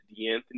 DeAnthony